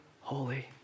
holy